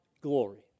glory